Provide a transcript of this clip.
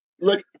Look